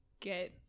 Get